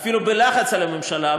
אפילו בלחץ על הממשלה,